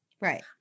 Right